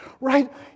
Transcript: Right